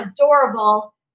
adorable